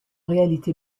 réalité